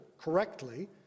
correctly